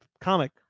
Comic